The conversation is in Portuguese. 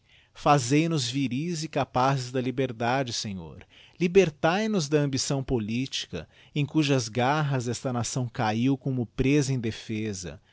mancha fazei nos viris e capazes da liberdade senhor libertae nos da ambição politica em cujas garras esta nação cahiu como presa indefensa